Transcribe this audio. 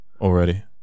already